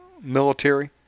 military